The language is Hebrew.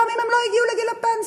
גם אם הן לא הגיעו לגיל הפנסיה,